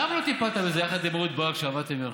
למה לא טיפלת בזה יחד עם אהוד ברק כשעבדתם יחד?